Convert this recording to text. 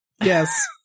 Yes